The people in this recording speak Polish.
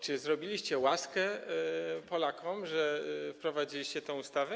Czy zrobiliście łaskę Polakom, że uchwaliliście tę ustawę?